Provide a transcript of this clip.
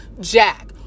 Jack